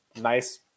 nice